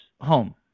home